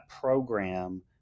program